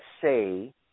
say